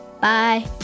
Bye